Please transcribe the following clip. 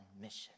mission